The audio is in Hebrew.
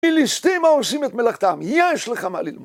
מליסטים העושים את מלאכתם, יש לך מה ללמוד.